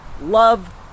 love